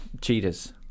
Cheetahs